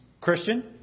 Christian